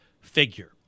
figure